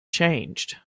changed